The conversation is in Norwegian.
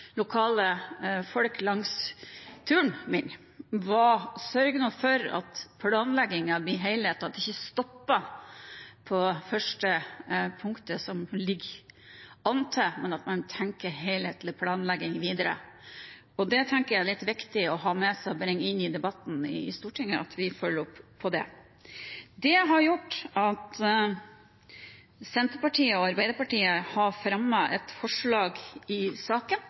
lokale folk på turen min, var: Sørg nå for at planleggingen blir helhetlig, at det ikke stopper på det første punktet som ligger inntil, men tenke helhetlig planlegging videre. Det tenker jeg er litt viktig å ha med seg og bringe inn i debatten i Stortinget, og at vi følger det opp. Det har gjort at Senterpartiet og Arbeiderpartiet vil fremme et forslag i saken: